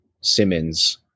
Simmons